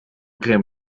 creme